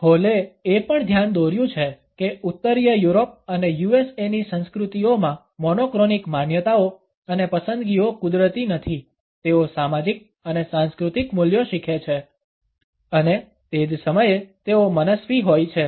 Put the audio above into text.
હોલએ એ પણ ધ્યાન દોર્યું છે કે ઉત્તરીય યુરોપ અને યુએસએની સંસ્કૃતિઓમાં મોનોક્રોનિક માન્યતાઓ અને પસંદગીઓ કુદરતી નથી તેઓ સામાજિક અને સાંસ્કૃતિક મૂલ્યો શીખે છે અને તે જ સમયે તેઓ મનસ્વી હોય છે